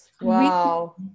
Wow